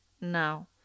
now